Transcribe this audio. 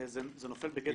זה נופל בגדר חופש ביטוי?